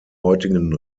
heutigen